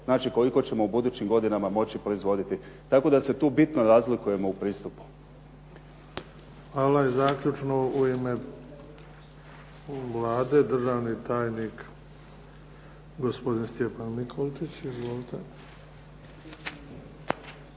Znači, koliko ćemo u budućim godinama moći proizvoditi. Tako da se tu bitno razlikujemo u pristupu. **Bebić, Luka (HDZ)** Hvala. I zaključno u ime Vlade, državni tajnik gospodin Stjepan Mikolčić. Izvolite.